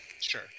Sure